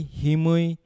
himui